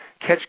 catch